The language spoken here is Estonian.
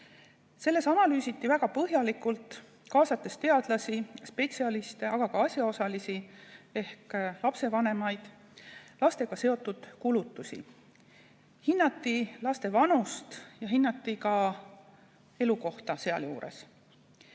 Selles analüüsiti väga põhjalikult, kaasates teadlasi ja spetsialiste, aga ka asjaosalisi ehk lapsevanemaid, lastega seotud kulutusi, hinnati laste vanust ja hinnati ka elukohta. See uuring